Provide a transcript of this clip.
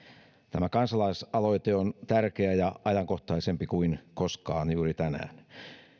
tämä kansalaisaloite on tärkeä ja ajankohtaisempi kuin koskaan juuri tänään